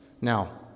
Now